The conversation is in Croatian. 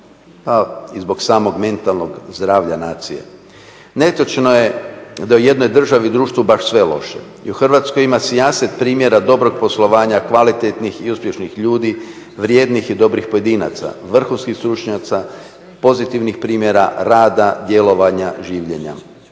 zla i zbog samog mentalnog zdravlja nacije. Netočno je da je u jednoj državi u društvu baš sve loše. I u Hrvatskoj ima sijaset primjera dobrog poslovanja, kvalitetnih i uspješnih ljudi, vrijednih i dobrih pojedinaca, vrhunskih stručnjaka, pozitivnih primjera rada, djelovanja, življenja